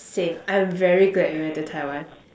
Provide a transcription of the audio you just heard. okay I'm very glad we went to Taiwan